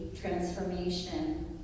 transformation